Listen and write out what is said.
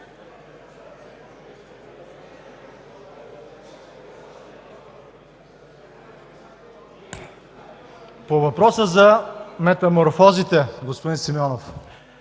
По въпроса за метаморфозите, господин Симеонов.